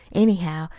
anyhow,